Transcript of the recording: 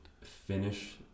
finish